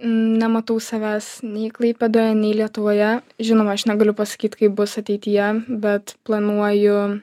nematau savęs nei klaipėdoje nei lietuvoje žinoma aš negaliu pasakyt kaip bus ateityje bet planuoju